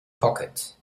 pocket